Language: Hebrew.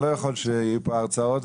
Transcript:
אני לא יכול שיהיו פה הרצאות,